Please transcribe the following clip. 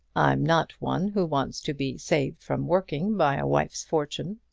i'm not one who wants to be saved from working by a wife's fortune.